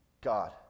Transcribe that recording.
God